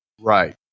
Right